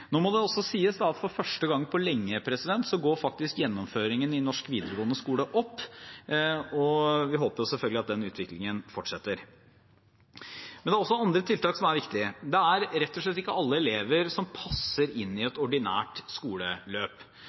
Nå må det også sies at for første gang på lenge går faktisk gjennomføringen i norsk videregående skole opp, og vi håper selvfølgelig at den utviklingen fortsetter. Det er også andre tiltak som er viktige. Det er rett og slett ikke alle elever som passer inn i et ordinært skoleløp.